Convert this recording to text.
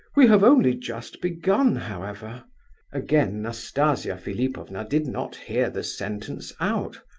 we have only just begun, however again nastasia philipovna did not hear the sentence out.